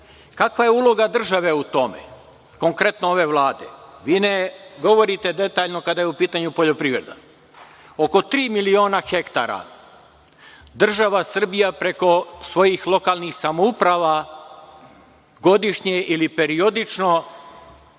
Kakva je uloga države u tome, konkretno ove Vlade? Vi ne govorite detaljno kada je u pitanju poljoprivreda. Oko tri miliona hektara država Srbija preko svojih lokalnih samouprava godišnje ili periodično